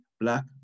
black